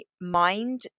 mind